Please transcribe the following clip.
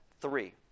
three